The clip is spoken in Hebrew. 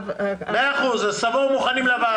אז תבואו מוכנים לוועדה.